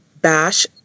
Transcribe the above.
Bash